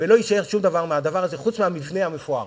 ולא יישאר שום דבר מהדבר הזה חוץ מהמבנה המפואר.